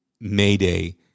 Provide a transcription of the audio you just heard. Mayday